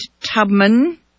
Tubman